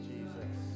Jesus